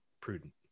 prudent